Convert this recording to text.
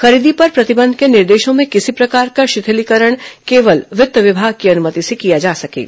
खरीदी पर प्रतिबंध के निर्देशों में किसी प्रकार का शिथिलीकरण केवल वित्त विभाग की अनुमति से किया जा सकेगा